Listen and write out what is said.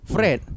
Fred